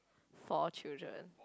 for a children